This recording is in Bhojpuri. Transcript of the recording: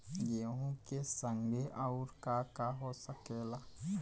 गेहूँ के संगे अउर का का हो सकेला?